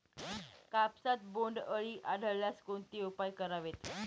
कापसात बोंडअळी आढळल्यास कोणते उपाय करावेत?